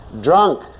drunk